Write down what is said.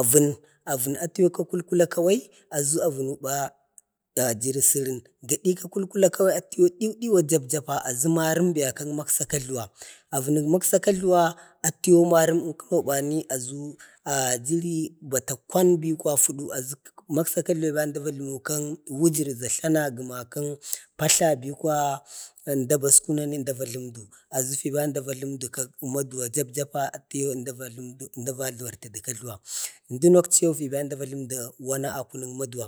avən avən atəman ka kulkula kawai aʒu avənu ba jiri sərən, gadi ka kulkula kawai, diw diwa japjaapa, aʒu marəm baya kak maksa kajluwi. avənək maksa kajluwa atiyau marəm, ənkano bani aʒu, ah jiri bata kwanbi ba fudu. aʒu maksa kajluwa əmda ba uskwanəna əmda va jləmədu. aʒu fiba əmda va jlumadu maduwa japjapa ati yau əmda vajlumadu, əmda va jluwartu kajluwa. ʒm duno akchiyau əmda a jləmadu wana a kunu maduwa.